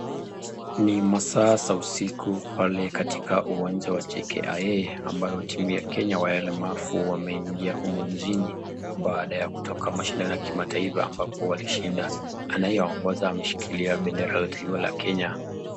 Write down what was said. Ni masaa za usiku pale katika uwanja wa JKIA ambayo timu ya Kenya ya walemavu wameingia humu nchini baada ya kutoka mashindano ya kimataifa ambapo walishinda. Anayeongoza ameshikilia bendera la taifa ya Kenya.